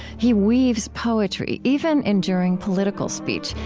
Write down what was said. he weaves poetry, even enduring political speech,